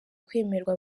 kwemerwa